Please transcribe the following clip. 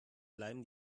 bleiben